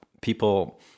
people